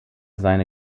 seine